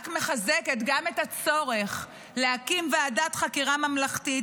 התופעה הזאת רק מחזקת גם את הצורך להקים ועדת חקירה ממלכתית,